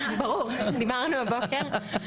ברור, דיברנו הבוקר.